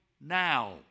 now